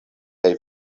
kaj